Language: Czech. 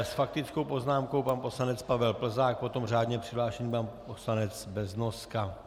S faktickou poznámkou pan poslanec Pavel Plzák, potom řádně přihlášený pan poslanec Beznoska.